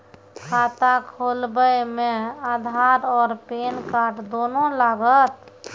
खाता खोलबे मे आधार और पेन कार्ड दोनों लागत?